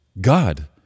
god